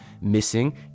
missing